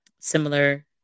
similar